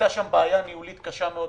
הייתה בעיר בעיה ניהולית קשה מאוד